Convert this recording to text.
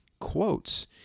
quotes